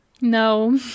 No